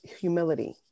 humility